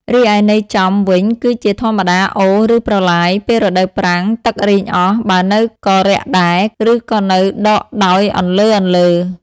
រីឯន័យចំ វិញគឺជាធម្មតាអូរ ឬ ប្រឡាយ ពេលរដូវប្រាំង ទឹករីងអស់ បើនៅក៏រាក់ដែរ ឬក៏នៅដក់ដោយអន្លើៗ ។